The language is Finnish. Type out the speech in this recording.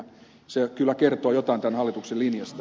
se kyllä kertoo jotain tämän hallituksen linjasta